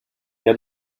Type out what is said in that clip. der